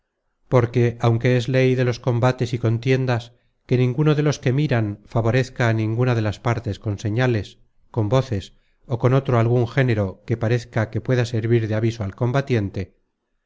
porque aunque es ley de los combates y contiendas que ninguno de los que miran favorezca á ninguna de las partes con señales con voces ó con otro algun género que parezca que pueda servir de aviso al combatiente